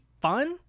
fun